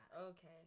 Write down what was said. Okay